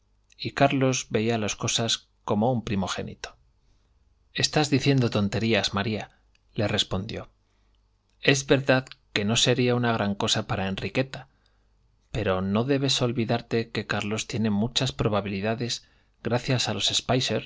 y carlos veía las cosas como un primogénito estás diciendo tonterías maríale respondió es verdad que no sería una gran cosa para enriqueta pero no debe olvidarse que carlos tiene muchas probabilidades gracias a los